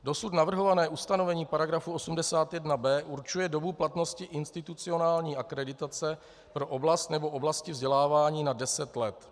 Dosud navrhované ustanovení § 81b určuje dobu platnosti institucionální akreditace pro oblast nebo oblasti vzdělávání na deset let.